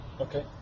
okay